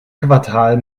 quartal